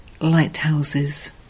Lighthouses